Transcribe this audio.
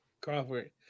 Crawford